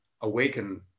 awaken